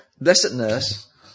blessedness